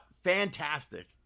fantastic